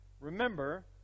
Remember